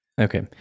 Okay